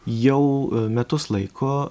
jau metus laiko